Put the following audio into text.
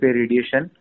radiation